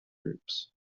groups